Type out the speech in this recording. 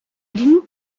didn’t